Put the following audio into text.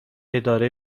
اداره